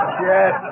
Yes